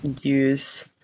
use